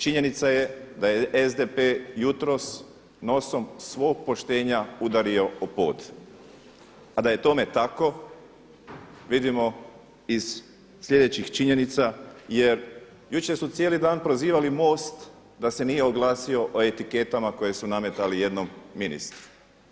Činjenica je da je SDP jutros nosom svog poštenja udario o pod, a da je tome tako vidimo iz sljedećih činjenica jer jučer su cijeli dan prozivali MOST da se nije oglasio o etiketama koje su nametali jednom ministru.